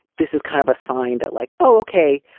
this is kind of a sign that like, okay,